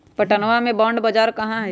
पटनवा में बॉण्ड बाजार कहाँ हई?